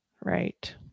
right